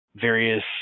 Various